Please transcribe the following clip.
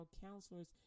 counselors